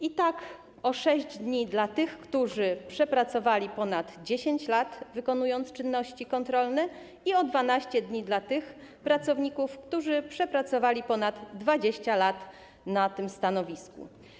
I tak: o 6 dni dla tych, którzy przepracowali ponad 10 lat wykonując czynności kontrolne, i o 12 dni dla tych pracowników, którzy przepracowali ponad 20 lat na tym stanowisku.